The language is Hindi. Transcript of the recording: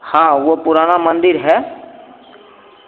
हाँ वह पुराना मंदिर है